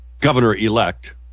governor-elect